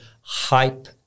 hype